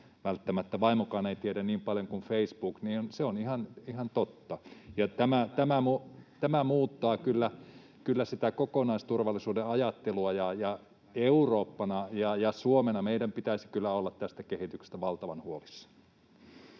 välttämättä vaimokaan ei tiedä niin paljon kuin Facebook, on ihan totta. Tämä muuttaa kyllä sitä kokonaisturvallisuuden ajattelua, ja Eurooppana ja Suomena meidän pitäisi kyllä olla tästä kehityksestä valtavan huolissamme.